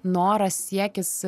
noras siekis